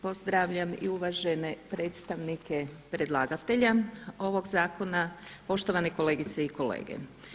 Pozdravljam i uvažene predstavnike predlagatelja ovog zakona, poštovane kolegice i kolege.